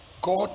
god